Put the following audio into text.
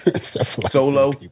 Solo